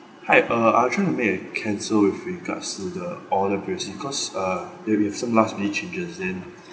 hi uh I'll try to make a cancel with regards to the order placing cause uh ya we have some last minute changes then